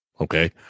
okay